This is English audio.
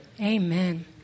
Amen